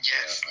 Yes